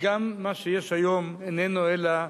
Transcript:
וגם מה שיש היום אינו אלא